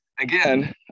again